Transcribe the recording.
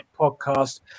podcast